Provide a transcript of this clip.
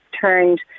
turned